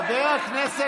חבר הכנסת